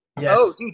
Yes